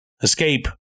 escape